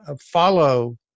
follow